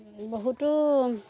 বহুতো